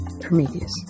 Prometheus